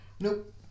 Nope